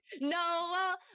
no